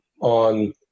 on